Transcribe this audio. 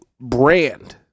brand